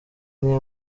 nke